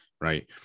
right